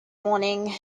morning